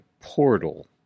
portal